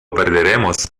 perderemos